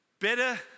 better